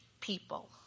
people